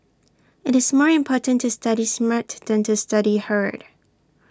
IT is more important to study smart than to study hard